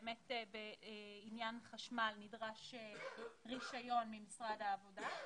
באמת בעניין חשמל נדרש רישיון ממשרד העבודה.